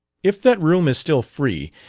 if that room is still free,